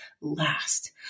last